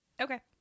Okay